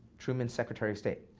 truman's secretary of state.